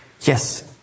yes